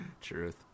Truth